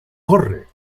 corre